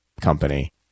company